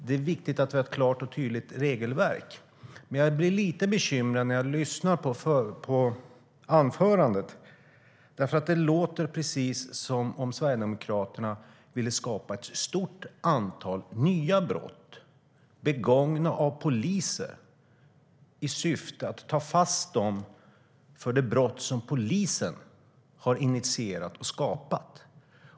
Det är viktigt att vi har ett klart och tydligt regelverk. Men jag blir lite bekymrad när jag lyssnar på anförandet, för det låter precis som om Sverigedemokraterna vill skapa ett stort antal nya brott begångna av poliser i syfte att ta fast personer för de brott som polisen har initierat och skapat.